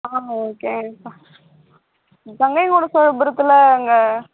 ஆ ஓகேங்கக்கா கங்கைகொண்ட சோழபுரத்தில் அங்கே